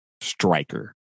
striker